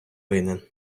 винен